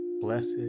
Blessed